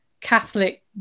catholic